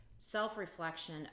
self-reflection